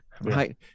right